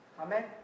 Amen